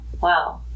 Wow